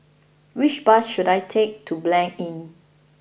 which bus should I take to Blanc Inn